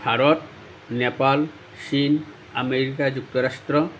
ভাৰত নেপাল চীন আমেৰিকা যুক্তৰাষ্ট্ৰ